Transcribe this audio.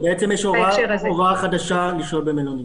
ובעצם יש הוראה חדשה לשהות במלונית.